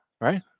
right